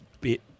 bit